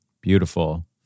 Beautiful